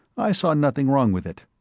i saw nothing wrong with it.